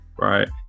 right